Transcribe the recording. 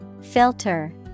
filter